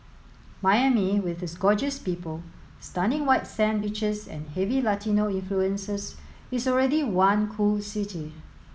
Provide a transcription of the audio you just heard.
Miami with its gorgeous people stunning white sand beaches and heavy Latino influences is already one cool city